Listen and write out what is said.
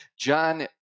John